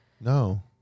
No